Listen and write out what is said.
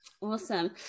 Awesome